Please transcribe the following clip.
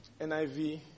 NIV